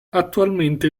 attualmente